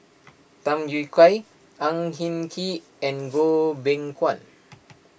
Tham Yui Kai Ang Hin Kee and Goh Beng Kwan